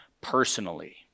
personally